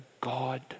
God